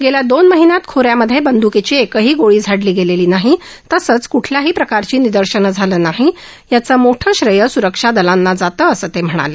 गेल्या दोन महिन्यात खो यामधे बंदुकीची एकही गोळी झाडली गेली नाही असंच कुठल्याही प्रकारची निदर्शनं झाली नाहीत याचं मोठं श्रेय सुरक्षा दलांना जातं असं ते म्हणाले